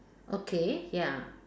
okay ya